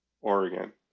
Oregon